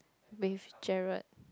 with Jared